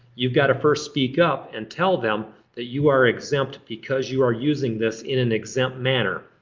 you've got to first speak up and tell them that you are exempt because you are using this in an exempt manner.